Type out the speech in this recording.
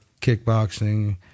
kickboxing